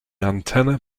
antenna